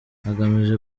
agamije